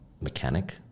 mechanic